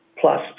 Plus